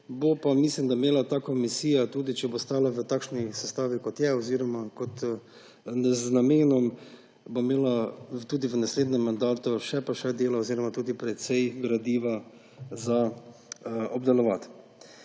Bo pa, mislim da, imela ta komisija, tudi če bo ostala v takšni sestavi, kot je, oziroma z namenom, tudi v naslednjem mandatu še pa še dela oziroma precej gradiva za obdelovati.